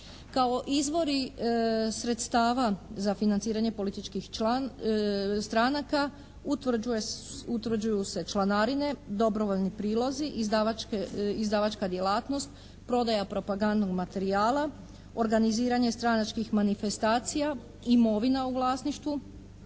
Kao izvori sredstava za financiranje političkih stranka utvrđuju se članarine, dobrovoljni prilozi, izdavačka djelatnost, prodaja propagandnog materijala, organiziranje stranačkih manifestacija, imovina u vlasništvu